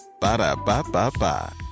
ba-da-ba-ba-ba